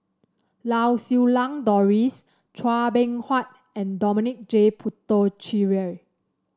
Lau Siew Lang Doris Chua Beng Huat and Dominic J Puthucheary